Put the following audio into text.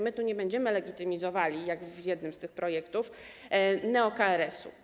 My tu nie będziemy legitymizowali, jak w jednym z tych projektów, neo-KRS-u.